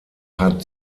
hat